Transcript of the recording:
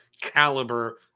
caliber